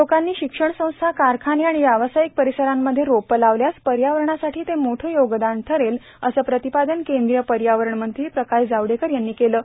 लोकांनी शिक्षण संस्था कारखाने आणि व्यावसायिक परिसरांमध्ये रोपं लावल्यास पर्यावरणासाठी ते मोठं योगदान ठरेल असं प्रतिपादन केंद्रीय पर्यावरण वन आणि जलवायू परिवर्तन मंत्री प्रकाश जावडेकर यांनी काल केलं आहे